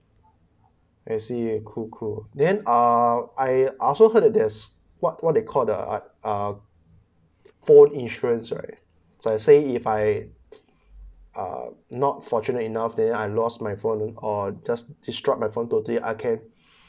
I see cool cool then uh I I also heard that there's what what they called the uh uh fall insurance right says if I uh not fortunate enough then I lost my phone or just destroyed my phone totally I can